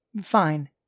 Fine